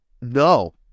No